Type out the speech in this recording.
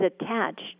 attached